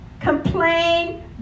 complain